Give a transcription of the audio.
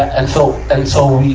and so, and so he,